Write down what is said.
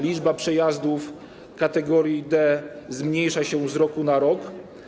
Liczba przejazdów kategorii D zmniejsza się z roku na rok.